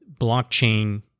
blockchain